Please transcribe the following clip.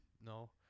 No